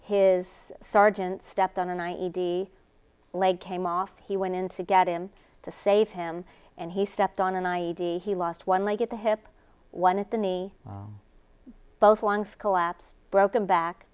his sergeant stepped on an i e d leg came off he went in to get him to save him and he stepped on an i e d he lost one leg at the hip one at the knee both lungs collapse broken back